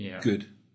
good